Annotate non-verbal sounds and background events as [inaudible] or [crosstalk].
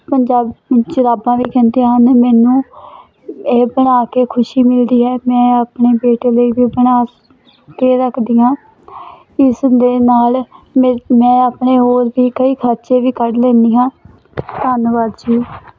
ਪੰਜਾਬ [unintelligible] ਜੁਰਾਬਾਂ ਵੀ ਕਹਿੰਦੇ ਹਨ ਮੈਨੂੰ ਇਹ ਬਣਾ ਕੇ ਖੁਸ਼ੀ ਮਿਲਦੀ ਹੈ ਮੈਂ ਆਪਣੇ ਬੇਟੇ ਲਈ ਵੀ ਉਹ ਬਣਾ ਕੇ ਰੱਖਦੀ ਹਾਂ ਇਸ ਦੇ ਨਾਲ ਮੇ ਮੈਂ ਆਪਣੇ ਹੋਰ ਵੀ ਕਈ ਖਰਚੇ ਵੀ ਕੱਢ ਲੈਂਦੀ ਹਾਂ ਧੰਨਵਾਦ ਜੀ